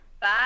Bye